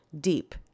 deep